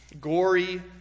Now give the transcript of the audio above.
gory